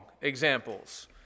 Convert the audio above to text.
examples